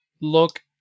Look